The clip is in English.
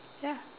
ya